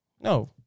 No